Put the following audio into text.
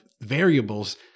variables